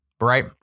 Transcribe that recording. Right